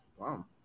Wow